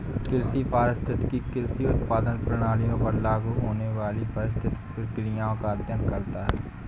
कृषि पारिस्थितिकी कृषि उत्पादन प्रणालियों पर लागू होने वाली पारिस्थितिक प्रक्रियाओं का अध्ययन करता है